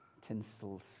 tinsel